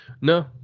no